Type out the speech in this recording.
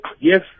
yes